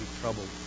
troubled